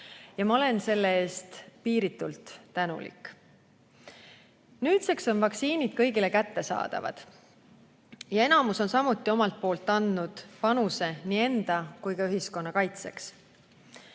Ja ma olen selle eest piiritult tänulik. Nüüdseks on vaktsiinid kõigile kättesaadavad ja enamus on omalt poolt andnud panuse nii enda kui ka ühiskonna kaitseks.